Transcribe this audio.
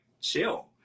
chill